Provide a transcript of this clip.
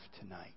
tonight